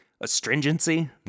astringency